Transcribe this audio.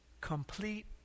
complete